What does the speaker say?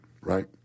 right